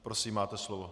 Prosím, máte slovo.